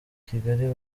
kigali